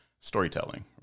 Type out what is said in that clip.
storytelling